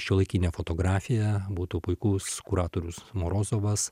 šiuolaikinė fotografija būtų puikus kuratorius morozovas